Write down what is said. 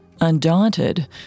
Undaunted